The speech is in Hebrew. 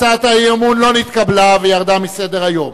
הצעת האי-אמון לא נתקבלה, וירדה מסדר-היום.